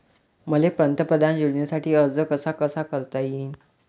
मले पंतप्रधान योजनेसाठी अर्ज कसा कसा करता येईन?